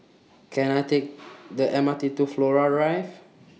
Can I Take The M R T to Flora Rive